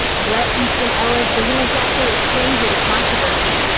bret easton ellis isn't exactly a stranger to controversy.